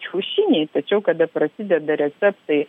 kiaušiniai tačiau kada prasideda receptai